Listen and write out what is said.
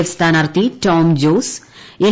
F സ്ഥാനാർത്ഥി Tom Jose L